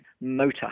motor